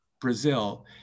Brazil